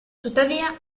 tuttavia